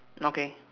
okay